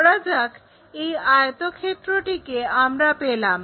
ধরা যাক এই আয়তক্ষেত্রটিকে আমরা পেলাম